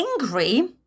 angry